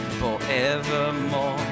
forevermore